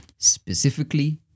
specifically